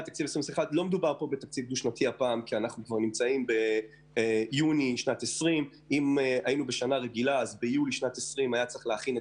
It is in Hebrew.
לא מדובר פה על תקציב דו-שנתי כי אנחנו נמצאים כבר ביוני 2020. אם היינו בשנה רגילה אז ביולי כבר היינו צריכים להכין את